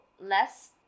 less